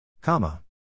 Comma